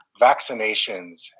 vaccinations